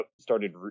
started